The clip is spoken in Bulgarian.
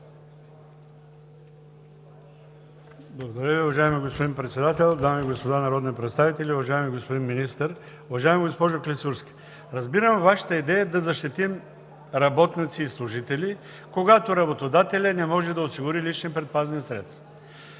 Благодаря Ви, уважаеми господин Председател. Дами и господа народни представители, уважаеми господин Министър! Уважаема госпожо Клисурска, разбирам Вашата идея да защитим работници и служители, когато работодателят не може да осигури лични предпазни средства.